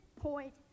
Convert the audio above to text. point